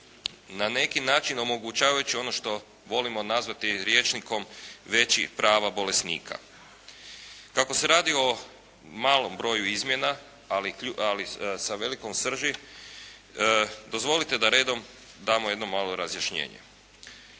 na neki način omogućavajući ono što volimo nazvati rječnikom većih prava bolesnika. Kako se radi o malom broju izmjena, ali sa velikom srži dozvolite da redom damo jedno malo razjašnjenje.